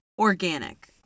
organic